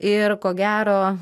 ir ko gero